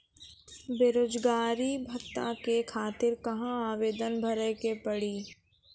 बेरोजगारी भत्ता के खातिर कहां आवेदन भरे के पड़ी हो?